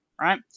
right